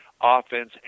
offense